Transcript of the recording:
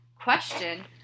question